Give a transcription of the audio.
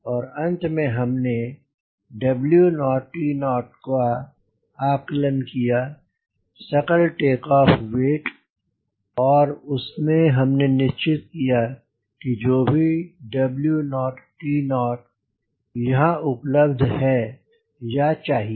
और अंत में हमने T0 का आकलन किया सकल टेक ऑफ वेट और उसमे हमने निश्चित किया कि जो भी T0 यहाँ उपलब्ध है या चाहिए